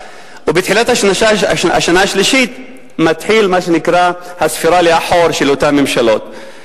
ובתחילת השנה השלישית מתחילה מה שנקרא הספירה לאחור של אותן ממשלות.